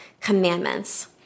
commandments